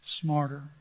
smarter